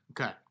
okay